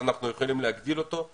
אפשר להגדיל אותו.